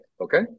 Okay